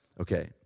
Okay